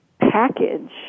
package